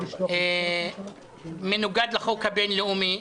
מנוגד לחוק הבין-לאומי.